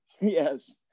Yes